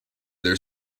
their